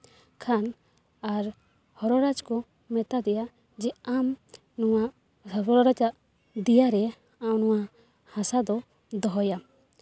ᱠᱷᱟᱱ ᱟᱨ ᱦᱚᱨᱚ ᱨᱟᱡᱽ ᱠᱚ ᱢᱮᱛᱟ ᱫᱮᱭᱟ ᱡᱮ ᱟᱢ ᱱᱚᱣᱟ ᱦᱚᱨᱚ ᱨᱟᱡᱟ ᱫᱮᱭᱟᱨᱮ ᱟᱢ ᱱᱚᱣᱟ ᱦᱟᱥᱟ ᱫᱚᱢ ᱫᱚᱦᱚᱭᱟ